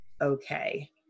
okay